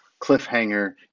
cliffhanger